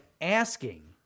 asking